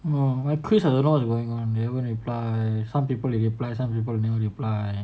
!wah! why chris I don't know what is going on eh haven't reply some people reply some people never reply